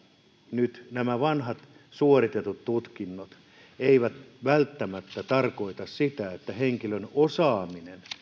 nyt nämä vanhat suoritetut tutkinnot eivät vielä kuitenkaan välttämättä tarkoita sitä että henkilön osaaminen